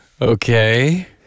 Okay